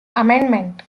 amendment